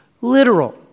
Literal